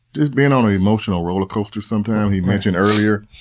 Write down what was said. just being on an emotional rollercoaster sometimes. we mentioned earlier,